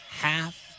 half